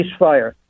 ceasefire